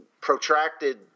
protracted